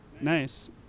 nice